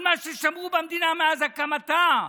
על מה ששמרו במדינה מאז הקמתה,